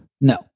no